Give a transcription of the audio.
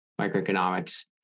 microeconomics